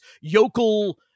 yokel